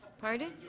pardon.